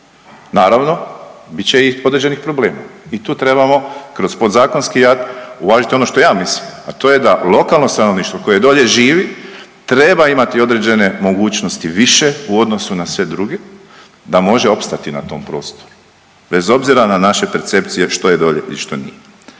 Naravno, bit će i određenih problema i tu trebamo kroz podzakonski akt uvažiti ono što ja mislim, a to je da lokalno stanovništvo koje dolje živi treba imati određene mogućnosti više u odnosu na sve druge da može opstati na tom prostoru. Bez obzira na naše percepcije što je dolje i što nije.